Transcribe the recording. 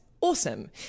Awesome